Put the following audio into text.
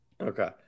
okay